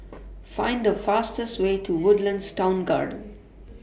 Find The fastest Way to Woodlands Town Garden